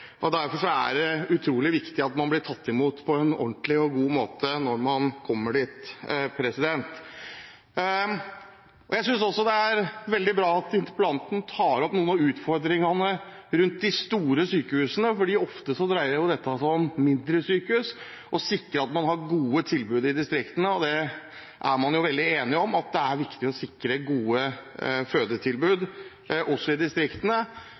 steder. Derfor er det utrolig viktig å bli tatt imot på en ordentlig og god måte når man ankommer. Jeg synes også det er veldig bra at interpellanten tar opp noen av utfordringene rundt de store sykehusene. Ofte dreier dette seg om mindre sykehus og om å sikre gode tilbud i distriktene. Man er veldig enig om at det er viktig å sikre gode fødetilbud også i distriktene.